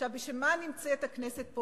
עכשיו, בשביל מה הכנסת נמצאת פה?